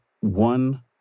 one